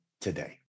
today